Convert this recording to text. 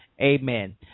Amen